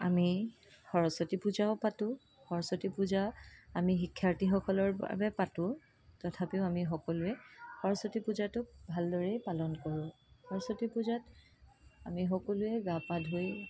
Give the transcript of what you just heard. আমি সৰস্বতী পূজাও পাতোঁ সৰস্বতী পূজা আমি শিক্ষাৰ্থীসকলৰ বাবে পাতোঁ তথাপিও আমি সকলোৱে সৰস্বতী পূজাটোক ভালদৰেই পালন কৰোঁ সৰস্বতী পূজাত আমি সকলোৱে গা পা ধুই